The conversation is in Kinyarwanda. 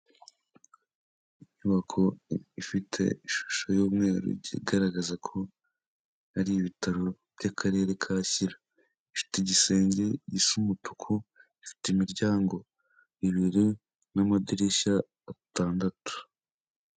Inyubako ifite ishusho y'umweru igaragaza ko ari ibitaro by'akarere ka Shyira. Ifite igisenge giisa umutuku, ifite imiryango ibiri n'amadirishya atandatu.